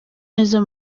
neza